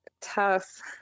tough